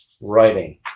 writing